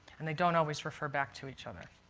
and they don't always refer back to each other.